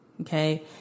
Okay